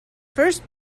first